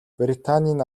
британийн